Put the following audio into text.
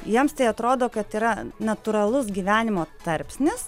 jiems tai atrodo kad yra natūralus gyvenimo tarpsnis